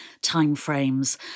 timeframes